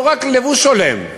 לא רק לבוש הולם,